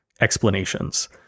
explanations